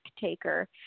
taker